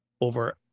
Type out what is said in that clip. over